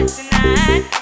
tonight